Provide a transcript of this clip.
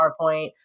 powerpoint